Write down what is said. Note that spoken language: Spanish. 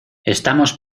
estamos